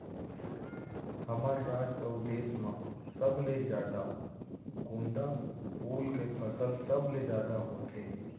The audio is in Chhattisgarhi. हमर राज अउ देस म सबले जादा गोंदा फूल के फसल सबले जादा होथे